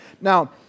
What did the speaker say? Now